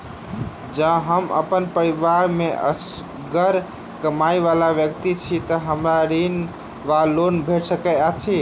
जँ हम अप्पन परिवार मे असगर कमाई वला व्यक्ति छी तऽ हमरा ऋण वा लोन भेट सकैत अछि?